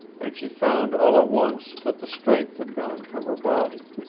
and she found all at once that the strength had gone from her body.